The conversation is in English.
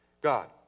God